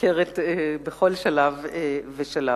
ניכרת בכל שלב ושלב.